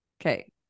Okay